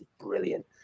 brilliant